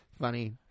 Funny